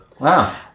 Wow